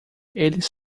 eles